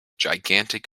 gigantic